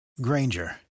Granger